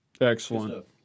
Excellent